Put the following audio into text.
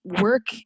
work